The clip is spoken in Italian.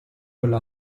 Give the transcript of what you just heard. quello